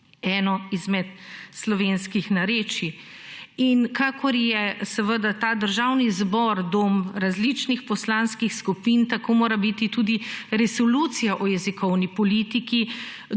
eno izmed slovenskih narečij. In kakor je seveda ta Državni zbor dom različnih poslanskih skupin, tako mora biti tudi resolucija o jezikovni politiki